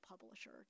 publisher